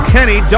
Kenny